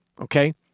Okay